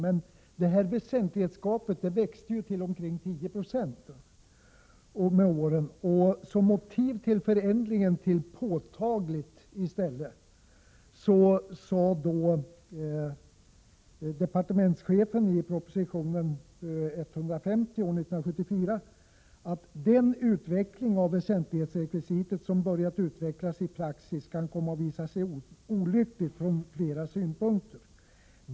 Men detta ”väsentlighetsgap” växte med åren till omkring 10 26, och som motiv för förändringen till ”påtagligt” anförde departementschefen i proposition 1974:150: ”Den tolkning av väsentlighetsrekvisitet som börjat utvecklas i praxis kan komma att visa sig olycklig från flera synpunkter.